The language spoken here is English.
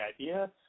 idea